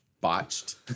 botched